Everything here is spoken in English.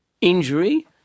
injury